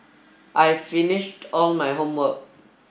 I've finished all my homework